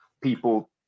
people